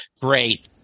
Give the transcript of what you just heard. great